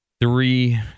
three